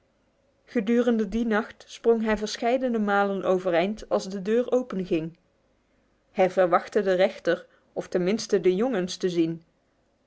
gedurende die nacht sprong hij verscheidene malen overeind als de deur openging hij verwachtte den rechter of ten minste de jongens te zien